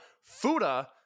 Fuda